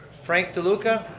frank deluca.